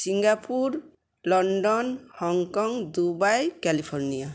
Singapore London Hong Kong Dubai California